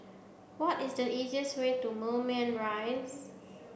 what is the easiest way to Moulmein Rise